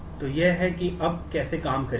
तो यह है कि यह अब कैसे काम करेगा